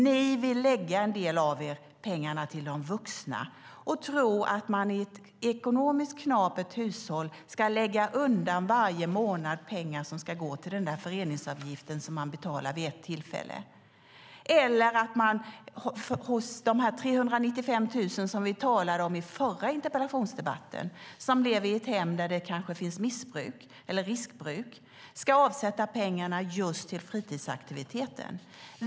Ni, en del av er, vill lägga pengarna hos de vuxna och tror att man i ett hushåll som har det ekonomiskt knapert varje månad ska lägga undan pengar till föreningsavgiften som man betalar vid ett tillfälle eller att föräldrarna till de 395 000 barn som vi talade om i förra interpellationsdebatten som lever i ett hem där det kanske finns missbruk eller riskbruk ska avsätta pengar till just fritidsaktiviteter.